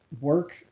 work